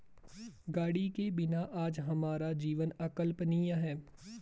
गाड़ी के बिना आज हमारा जीवन अकल्पनीय है